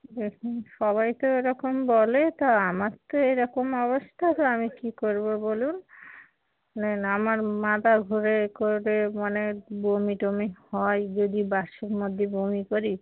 দেখুন সবাই তো এরকম বলে তা আমার তো এরকম অবস্থা তো আমি কী করব বলুন মানে আমার মাথা ঘোরে এ করে মানে বমি টমি হয় যদি বাসের মধ্যে বমি করি